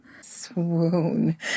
Swoon